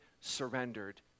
surrendered